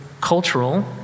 cultural